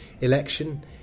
election